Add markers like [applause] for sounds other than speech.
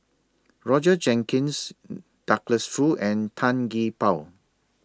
Roger Jenkins [noise] Douglas Foo and Tan Gee Paw